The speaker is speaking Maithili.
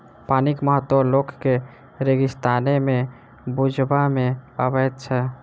पानिक महत्व लोक के रेगिस्ताने मे बुझबा मे अबैत छै